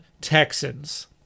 Texans